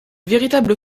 véritable